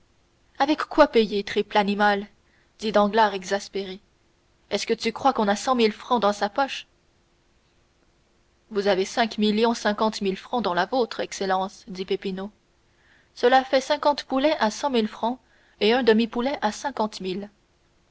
avec quoi payer triple animal dit danglars exaspéré est-ce que tu crois qu'on a cent mille francs dans sa poche vous avez cinq millions cinquante mille francs dans la vôtre excellence dit peppino cela fait cinquante poulets à cent mille francs et un demi poulet à